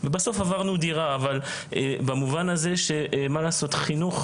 מועמדת לגיוס אבל היא חילונית,